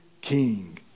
King